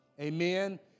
amen